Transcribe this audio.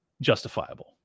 justifiable